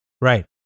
Right